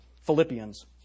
Philippians